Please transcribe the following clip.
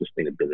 sustainability